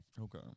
Okay